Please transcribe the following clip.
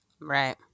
Right